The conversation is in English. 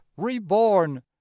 Reborn